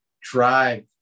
drive